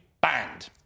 banned